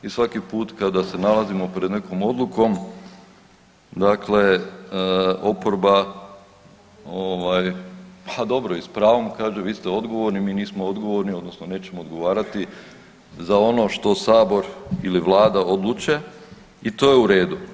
I svaki put kada se nalazimo pred nekom odlukom, dakle oporba a dobro i s pravom kaže vi ste odgovorni, mi nismo odgovorni, odnosno nećemo odgovarati za ono što Sabor ili Vlada odluče i to je u redu.